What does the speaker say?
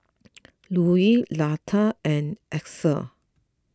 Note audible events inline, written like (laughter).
(noise) Louie Luther and Axel